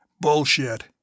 Bullshit